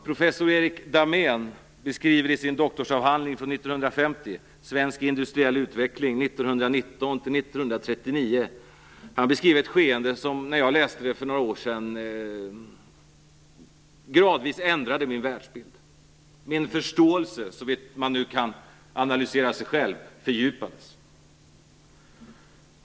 Professor Erik Dahmén beskriver i sin doktorsavhandling från 1950, Svensk industriell utveckling 1919-1939, ett skeende som, när jag läste om detta för några år sedan, gradvis ändrade min världsbild. Min förståelse, om man nu kan analysera sig själv, fördjupades.